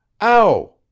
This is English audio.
Ow